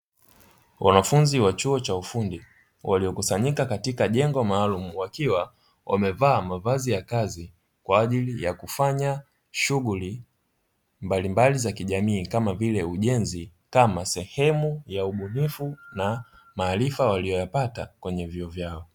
Wanafunzi wa chuo cha ufundi waliokusanyika katika jengo maalum, wakiwa wamevaa mavazi ya kazi kwa ajili ya kufanya shughuli mbalimbali za kijamii. kama vile ujenzi kama sehemu ya ubunifu na maharifa waliyoyapata kwenye vyuo vyao.